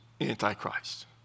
Antichrist